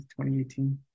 2018